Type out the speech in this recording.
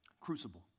Crucible